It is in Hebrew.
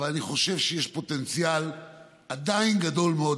אני חושב שעדיין יש פוטנציאל גדול מאוד,